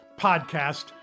podcast